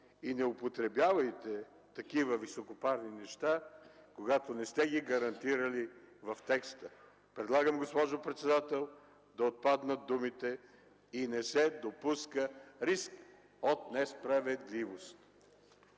и не употребявайте такива високопарни неща, когато не сте ги гарантирали в текста. Предлагам, госпожо председател, да отпаднат думите „и не се допуска риск от несправедливост”.